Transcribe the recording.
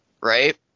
right